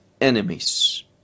enemies